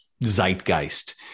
zeitgeist